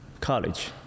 college